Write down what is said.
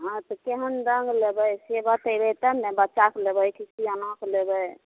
हँ तऽ केहन रङ्ग लेबै से बतैबै तब ने बच्चाके लेबै कि सिआनाके लेबै